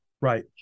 Right